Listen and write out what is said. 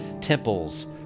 temples